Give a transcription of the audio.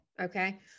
Okay